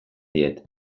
diet